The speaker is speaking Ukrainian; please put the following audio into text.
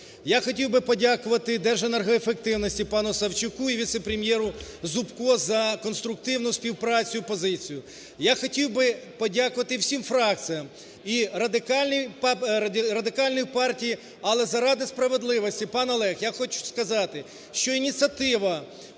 Я хотів би подякуватиДерженергоефективності пану Савчуку і віце-прем'єру Зубко за конструктивну співпрацю і позицію, я хотів би подякувати всім фракціям і Радикальної партії. Але заради справедливості, пане Олег, я хочу сказати, що ініціатива